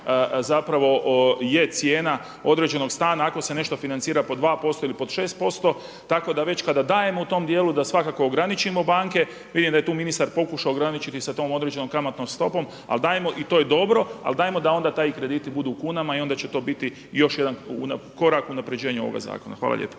zapravo je cijena određenog stana ako se nešto financira po 2% ili pod 6. Tako da već kada dajemo u tom dijelu da svakako ograničimo banke. Vidim da je tu ministar pokušao ograničiti sa tom određenom kamatnom stopom ali dajmo, i to je dobro, ali dajmo da onda ti krediti budu u kunama i onda će to biti i još jedan korak u unapređenju ovoga zakona. Hvala lijepo.